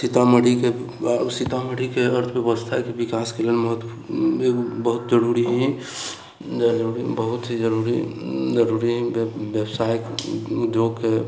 सीतामढ़ीके अर्थव्यवस्थाके विकासके लेल महत्वपूर्ण बहुत जरूरी हइ बहुत ही जरूरी जरूरी बेबसाइ उद्योगके